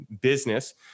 business